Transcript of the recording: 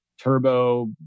Turbo